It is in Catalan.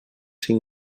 cinc